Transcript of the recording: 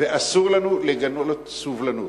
ואסור לנו לגלות סובלנות.